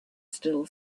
still